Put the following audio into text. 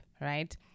right